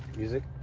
music.